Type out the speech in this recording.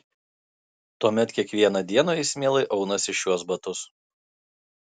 tuomet kiekvieną dieną jis mielai aunasi šiuos batus